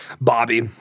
Bobby